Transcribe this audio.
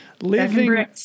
Living